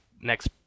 next